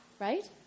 Right